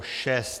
6.